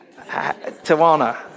Tawana